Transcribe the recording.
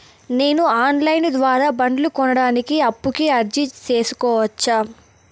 నేను online ద్వారా బండ్లు కొనడానికి అప్పుకి అర్జీ సేసుకోవచ్చా?